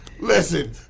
Listen